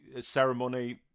ceremony